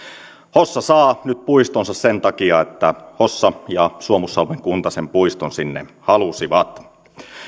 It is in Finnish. hossa saa nyt puistonsa sen takia että hossa ja suomussalmen kunta sen puiston sinne halusivat